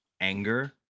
anger